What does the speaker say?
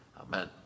Amen